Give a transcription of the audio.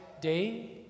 day